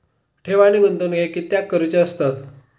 ठेव आणि गुंतवणूक हे कित्याक करुचे असतत?